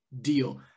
deal